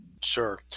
Sure